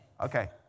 Okay